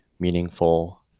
meaningful